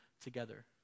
together